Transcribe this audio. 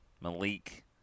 Malik